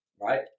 right